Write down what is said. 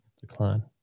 decline